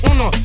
Uno